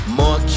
more